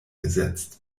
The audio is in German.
gesetzt